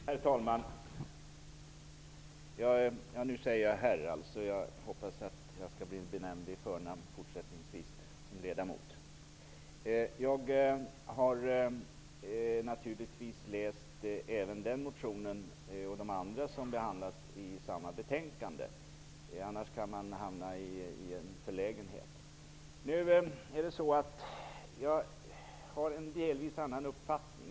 Herr talman! Man säger ''herr'' till mig. Jag hoppas att jag som ledamot fortsättningsvis blir benämnd vid förnamn. Jag har naturligtvis läst den motion som Kenneth Attefors talade om och även andra motioner som behandlas i detta betänkande. Annars kan man hamna i förlägenhet. Jag har en delvis annan uppfattning.